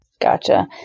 Gotcha